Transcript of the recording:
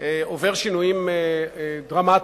עובר שינויים דרמטיים.